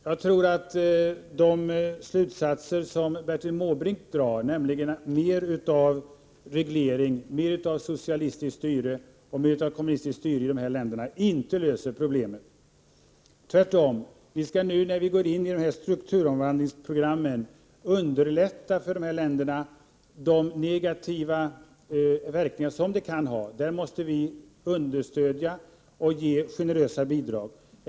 Jag tror att det som Bertil Måbrink förordar när han drar sina slutsatser, nämligen mer av reglering, mer av socialistiskt och kommunistiskt styre i dessa länder, inte löser problemen — tvärtom. Vi skall nu i samband med strukturomvandlingsprogrammen underlätta för dessa länder att bemästra de negativa verkningar som kan följa. Vi måste ge generösa bidrag.